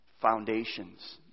foundations